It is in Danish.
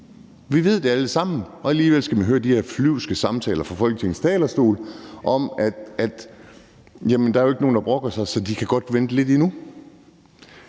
Vi ved det alle sammen. Og alligevel skal vi høre de her flyvske taler fra Folketingets talerstol om, at der jo ikke er nogen, der brokker sig, så de kan godt vente lidt endnu.